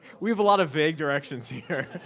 we have a lotta vague directions here.